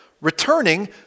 returning